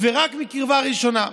ורק מקרבה ראשונה.